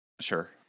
Sure